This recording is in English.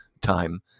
time